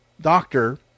doctor